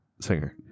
singer